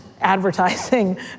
advertising